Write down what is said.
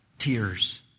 tears